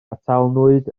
atalnwyd